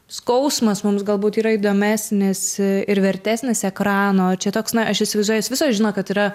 skausmas mums galbūt yra įdomesnis ir vertesnis ekrano čia toks na aš įsivaizduoju jos visos žino kad yra